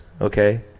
okay